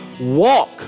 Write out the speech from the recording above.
walk